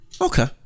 Okay